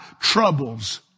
troubles